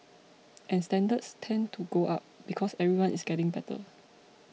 and standards tend to go up because everyone is getting better